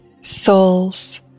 souls